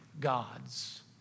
God's